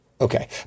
okay